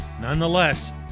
Nonetheless